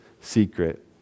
secret